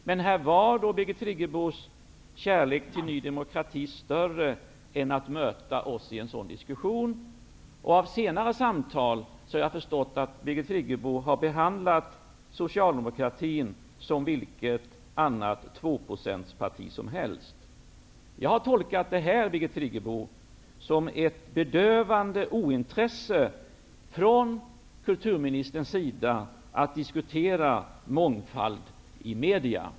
Men här var Birgit Friggebos kärlek till Ny demokrati större än viljan att möta oss i en sådan diskussion. Av senare samtal har jag förstått att Birgit Friggebo har behandlat Socialdemokraterna som vilket annat tvåprocentsparti som helst. Jag tolkar detta, Birgit Friggebo, som ett bedövande ointresse från kulturministern att diskutera mångfald i medierna.